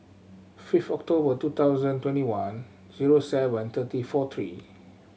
fifth October two thousand twenty one zero seven thirty four three